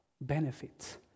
Benefits